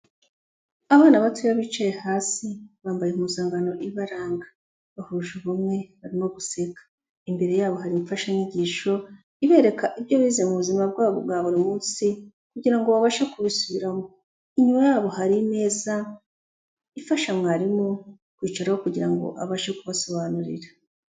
Abana bato bicaye hasi bambaye impuzangano ibaranga, bahuje ubumwe barimo guseka. Imbere yabo hari imfashanyigisho ibereka ibyo bize mu buzima bwabo bwa buri munsi kugira ngo babashe kubisubiramo. Inyuma yabo hari imeza ifasha mwarimu kwicaraho kugira ngo abashe kubasobanurira.